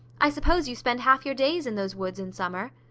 i suppose you spend half your days in those woods in summer.